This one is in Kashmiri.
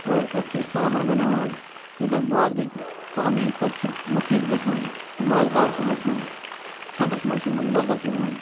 اور تَتھ چھِ أسۍ ژامَن بَناوان یُس زَن بازرٕکہِ ژامنہِ ہٕنٛدۍ کھۄتہٕ چھِ مُفیٖد گژھان مَزٕدار چھِ گژھان کھٮ۪نَس منٛز چھُ لَزّت یِوان